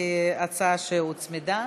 כהצעה שהוצמדה